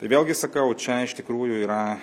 tai vėlgi sakau čia iš tikrųjų yra